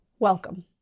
Welcome